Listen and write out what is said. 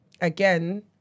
again